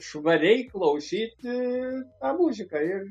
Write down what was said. švariai klausyti tą muziką ir